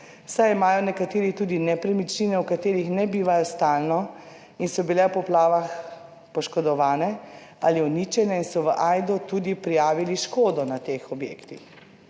saj imajo nekateri tudi nepremičnine, v katerih ne bivajo stalno in so bile v poplavah poškodovane ali uničene in so v Ajdo tudi prijavili škodo na teh objektih.